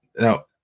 Now